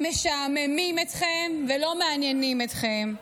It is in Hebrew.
משעממים אתכם, ולא מעניינים אתכם.